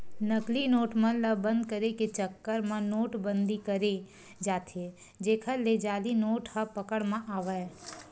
नकली नोट मन ल बंद करे के चक्कर म नोट बंदी करें जाथे जेखर ले जाली नोट ह पकड़ म आवय